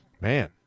man